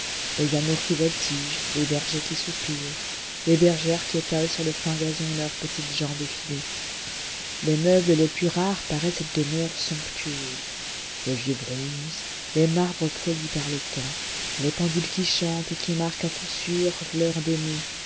les amours qui voltigent les bergers qui soupirent les bergères qui étalent sur le fin gazon leur petite jambe effilée les meubles les plus rares paraient cette demeure somptueuse les vieux bronzes les marbres polis par le temps les pendules qui chantent et qui marquent à coup sûr l'heure d'aimer